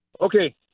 Okay